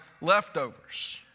leftovers